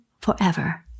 forever